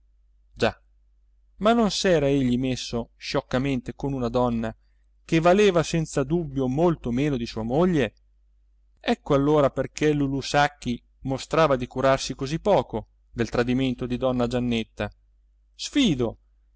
già ma non s'era egli messo scioccamente con una donna che valeva senza dubbio molto meno di sua moglie ecco allora perché lulù sacchi mostrava di curarsi così poco del tradimento di donna giannetta sfido